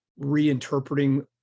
reinterpreting